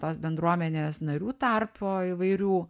tos bendruomenės narių tarpo įvairių